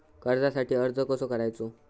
कर्जासाठी अर्ज कसो करायचो?